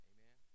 Amen